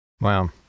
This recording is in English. Wow